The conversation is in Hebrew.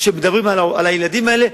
שמדברים על הילדים האלה.